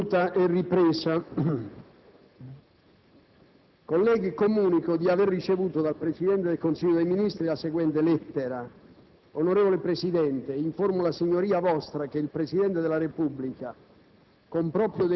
una nuova finestra"). Colleghi, comunico di aver ricevuto dal Presidente del Consiglio dei ministri la seguente lettera: